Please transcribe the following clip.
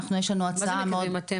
יש לנו הצעה --- מה זה אומר: "מקווים"?